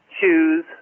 choose